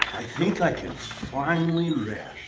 think i can finally rest.